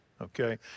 Okay